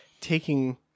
taking